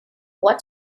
what